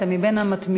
אתה מבין המתמידים.